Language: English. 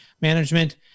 Management